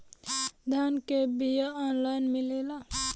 धान के बिया ऑनलाइन मिलेला?